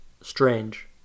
strange